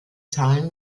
zahlen